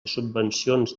subvencions